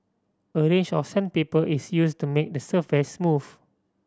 a range of sandpaper is used to make the surface smooth